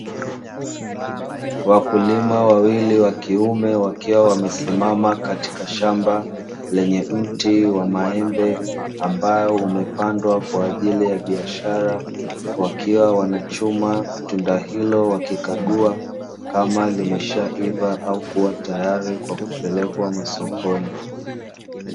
Wakulima wawili wa kiume wakiwa wamesimama katika shamba lenye mti wa maembe ambao umepandwa kwa ajili ya biashara, wakiwa wanachuma tunda hilo wakikagua kama limeshaiva au kuwa tayari kwa kupelekwa masokoni.